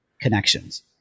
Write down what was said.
connections